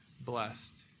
blessed